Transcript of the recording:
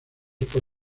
por